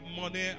money